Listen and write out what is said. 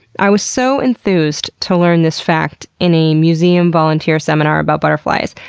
i was so enthused to learn this fact in a museum volunteer seminar about butterflies.